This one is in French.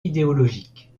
idéologique